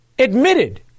admitted